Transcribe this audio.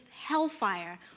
hellfire